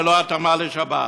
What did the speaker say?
ללא התאמה לשבת.